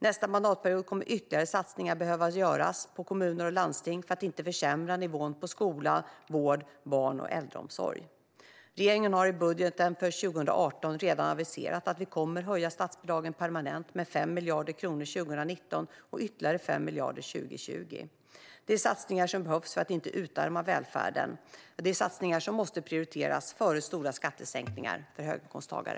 Nästa mandatperiod kommer ytterligare satsningar att behöva göras på kommuner och landsting för att inte försämra nivån på skola, vård och barn och äldreomsorg. Regeringen har i budgeten för 2018 redan aviserat att vi kommer att höja statsbidragen permanent med 5 miljarder kronor 2019 och ytterligare 5 miljarder 2020. Det är satsningar som behövs för att inte utarma välfärden, och det är satsningar som måste prioriteras före stora skattesänkningar för höginkomsttagare.